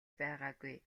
байгаагүй